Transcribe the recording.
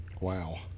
wow